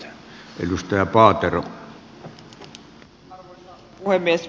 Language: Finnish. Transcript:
arvoisa puhemies